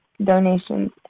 donations